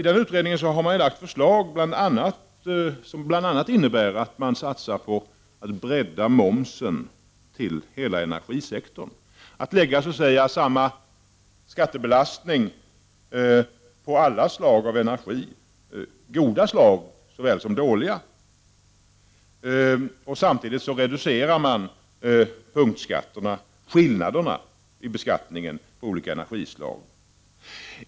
Den utredningen har lagt fram förslag som bl.a. innebär att man satsar på att bredda momsen till hela energisektorn, att så att säga lägga samma skattebelastning på alla slag av energi — goda såväl som dåliga — samtidigt som man reducerar punktskatterna eller skillnaderna i beskattning mellan olika energislag.